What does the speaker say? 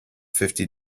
fifty